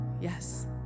yes